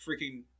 freaking